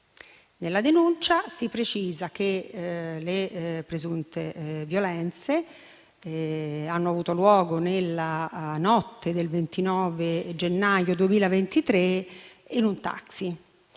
Nella denuncia si precisa che le presunte violenze hanno avuto luogo nella notte del 29 gennaio 2023 in un taxi.